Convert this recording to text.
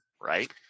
Right